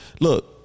Look